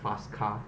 fast car